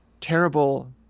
Terrible